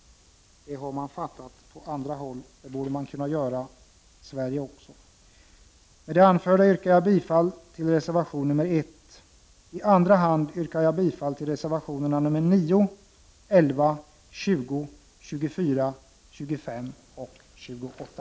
Det har man förstått på andra håll. Det borde man kunna göra i Sverige också. Med det anförda yrkar jag bifall till reservation nr 1. I andra hand yrkar jag bifall till reservationerna nr 9, 11, 20, 24, 25 och 28.